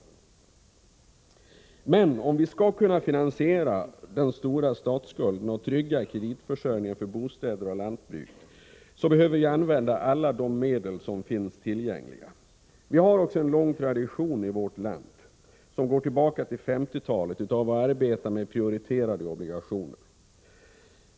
2 8 Riksdagens protokoll 1984/85:56-57 Om vi skall kunna finansiera den stora statsskulden och trygga kreditförsörjningen för bostäder och lantbruk, behöver vi använda alla de medel som finns tillgängliga. Vi har en lång tradition i vårt land, som går tillbaka till 1950-talet, av att arbeta med prioriterade obligationer.